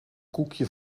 koekje